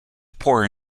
poorer